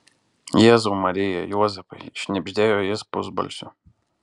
jėzau marija juozapai šnibždėjo jis pusbalsiu